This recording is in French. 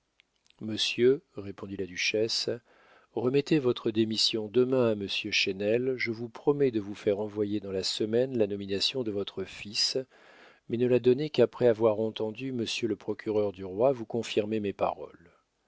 monsieur répondit la duchesse remettez votre démission demain à monsieur chesnel je vous promets de vous faire envoyer dans la semaine la nomination de votre fils mais ne la donnez qu'après avoir entendu monsieur le procureur du roi vous confirmer mes paroles